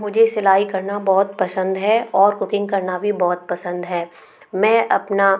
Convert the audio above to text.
मुझे सिलाई करना बहुत पसंद है और कुकिंग करना भी बहुत पसंद है मैं अपना